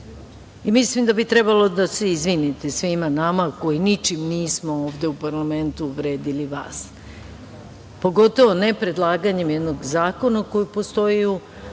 Mislim da bi trebalo da se izvinite svima nama koji ničim nismo ovde u parlamentu uvredili vas. Pogotovo ne predlaganjem jednog zakona koji postoji u